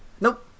Nope